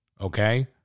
okay